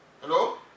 Hello